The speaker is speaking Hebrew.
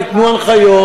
ניתנו הנחיות,